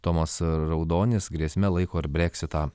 tomas raudonis grėsme laiko ir breksitą